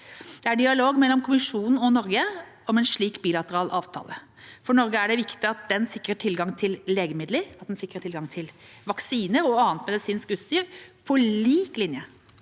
Det er dialog mellom Kommisjonen og Norge om en slik bilateral avtale. For Norge er det viktig at den sikrer tilgang til legemidler, vaksiner og annet medisinsk utstyr på lik linje